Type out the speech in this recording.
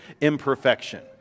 imperfection